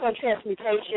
transmutation